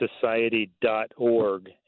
society.org